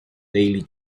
daily